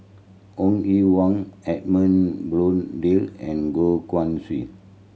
Ong Ye Wung Edmund Blundell and Goh Guan Siew